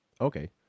Okay